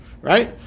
Right